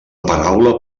paraula